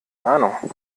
ahnung